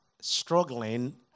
struggling